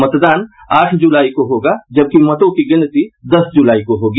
मतदान आठ जुलाई को होगा जबकि मतों की गिनती दस जुलाई को होगी